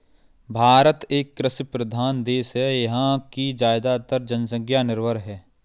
भारत एक कृषि प्रधान देश है यहाँ की ज़्यादातर जनसंख्या निर्भर है